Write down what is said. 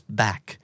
back